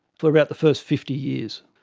for about the first fifty years.